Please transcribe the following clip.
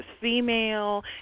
female